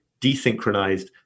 desynchronized